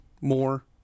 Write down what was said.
more